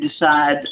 decide